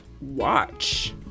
watch